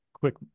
quick